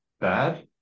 bad